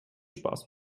spaß